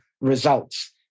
results